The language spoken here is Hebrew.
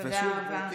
נכון.